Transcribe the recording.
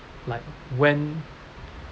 like when